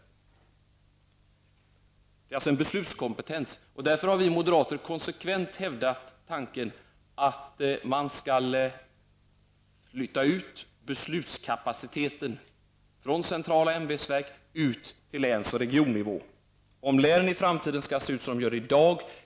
Eftersom det är fråga om en beslutskompetens har vi moderater konsekvent hävdat tanken att beslutskapaciteten skall flyttas ut från centrala ämbetsverk till läns och regionnivå. Det kan diskuteras om länen i framtiden skall se ut som de gör i dag.